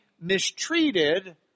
mistreated